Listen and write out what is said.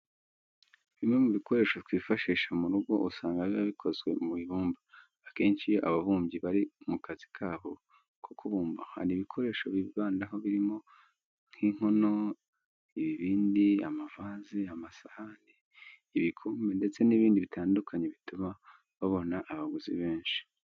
Bimwe mu bikoresho twifashisha mu rugo usanga biba bikozwe mu ibumba. Akenshi iyo ababumbyi bari mu kazi kabo ko kubumba hari ibikoresho bibandaho birimo nk'inkono, ibibindi, amavaze, amasahani, ibikombe ndetse n'ibindi bitandukanye bituma babona abaguzi benshi.